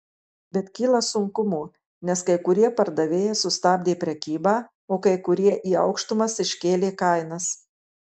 bet kyla sunkumų nes kai kurie pardavėjai sustabdė prekybą o kai kurie į aukštumas iškėlė kainas